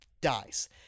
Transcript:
dies